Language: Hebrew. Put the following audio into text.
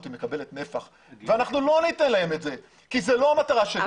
מקבלת נפח ואנחנו לא ניתן להם את זה כי זאת לא המטרה שלי.